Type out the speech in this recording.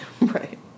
Right